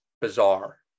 bizarre